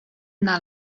anar